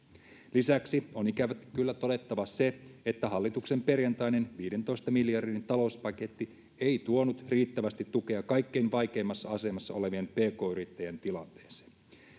lisäksi on ikävä kyllä todettava se että hallituksen perjantainen viidentoista miljardin talouspaketti ei tuonut riittävästi tukea kaikkein vaikeimmassa asemassa olevien pk yrittäjien tilanteeseen